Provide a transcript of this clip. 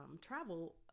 travel